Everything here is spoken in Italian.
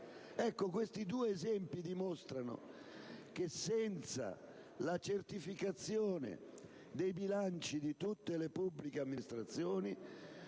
questi due esempi dimostrano che, senza la certificazione dei bilanci di tutte le pubbliche amministrazioni,